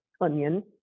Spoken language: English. onion